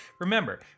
remember